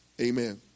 Amen